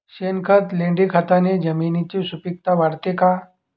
शेणखत, लेंडीखताने जमिनीची सुपिकता वाढते का?